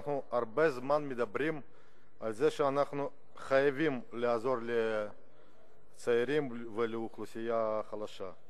אנחנו הרבה זמן מדברים על החובה שלנו לעזור לצעירים ולאוכלוסייה החלשה,